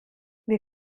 wir